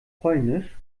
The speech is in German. polnisch